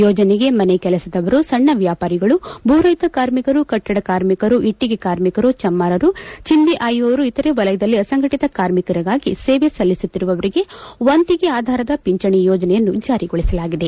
ಯೋಜನೆಗೆ ಮನೆ ಕೆಲಸದವರು ಸಣ್ಣ ವ್ಯಾಪಾರಿಗಳು ಭೂರಹಿತ ಕಾರ್ಮಿಕರು ಕಟ್ಟಡ ಕಾರ್ಮಿಕರು ಇಟ್ಟಿಗೆ ಕಾರ್ಮಿಕರು ಚಮ್ಮಾರರು ಚಿಂದಿ ಆಯುವವರು ಇತರೆ ವಲಯದಲ್ಲಿ ಅಸಂಘಟಿಕ ಕಾರ್ಮಿಕರಾಗಿ ಸೇವೆ ಸಲ್ಲಿಸುತ್ತಿರುವವರಿಗೆ ವಂತಿಕೆ ಆಧಾರದ ಪಿಂಚಣೆ ಯೋಜನೆಯನ್ನು ಜಾರಿಗೊಳಿಸಲಾಗಿದೆ